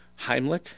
Heimlich